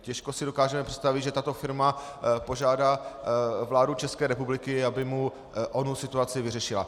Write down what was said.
Těžko si dokážeme představit, že tato firma požádá vládu České republiky, aby onu situaci vyřešila.